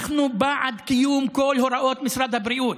אנחנו בעד קיום כל הוראות משרד הבריאות,